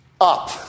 up